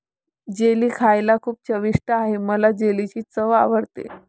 jelly खायला खूप चविष्ट आहे मला जेलीची चव आवडते